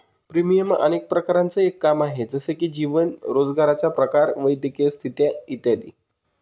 premium अनेक प्रकारांचं एक काम आहे, जसे की जीवन, रोजगाराचा प्रकार, वैद्यकीय स्थिती इत्यादी